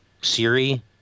Siri